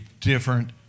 different